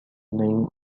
name